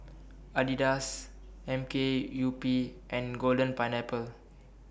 Adidas M K U P and Golden Pineapple